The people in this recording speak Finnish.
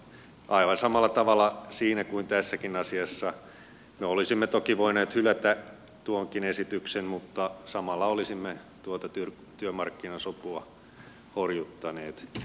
aivan samalla tavalla siinä kuin tässäkin asiassa me olisimme toki voineet hylätä tuonkin esityksen mutta samalla olisimme tuota työmarkkinasopua horjuttaneet